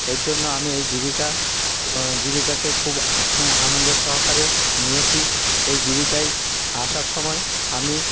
এর জন্য আমি এই জীবিকা জীবিকাকে খুব আনন্দের সহকারে নিয়েছি এই জীবিকায় আসার সময় আমি